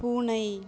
பூனை